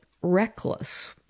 reckless